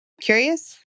curious